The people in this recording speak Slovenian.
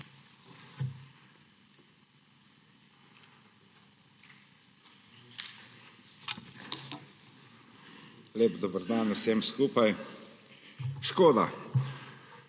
Lep dober dan vsem skupaj! Škoda,